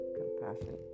compassion